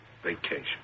Vacation